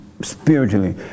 spiritually